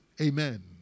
Amen